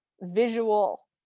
visual